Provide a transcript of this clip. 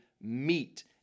meet